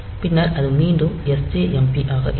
பின்னர் அது மீண்டும் sjmp ஆக இருக்கும்